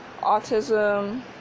Autism